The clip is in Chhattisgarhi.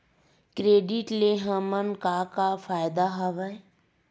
क्रेडिट ले हमन का का फ़ायदा हवय?